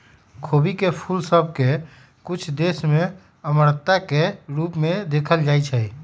खोबी के फूल सभ के कुछ देश में अमरता के रूप में देखल जाइ छइ